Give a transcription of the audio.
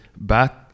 back